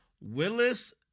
Willis